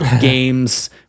games